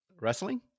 Wrestling